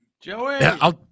Joey